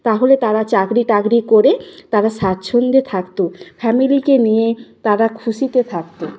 তাহলে তারা চাকরি টাকরি করে তারা স্বাচ্ছন্দ্যে থাকত ফ্যামিলিকে নিয়ে তারা খুশিতে থাকত